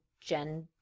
gen